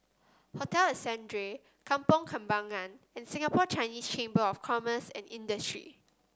Hotel Ascendere Kampong Kembangan and Singapore Chinese Chamber of Commerce and Industry